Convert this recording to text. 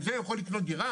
עם זה הוא יכול לקנות דירה?